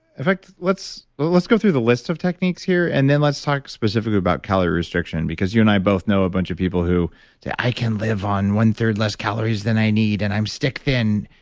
in fact, let's let's go through the list of techniques here, and then let's talk specifically about calorie restriction because you and i both know a bunch of people who say, i can live on one-third less calories than i need and i'm stick thin,